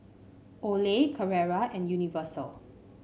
Olay Carrera and Universal